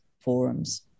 forums